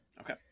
Okay